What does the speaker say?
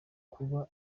kuba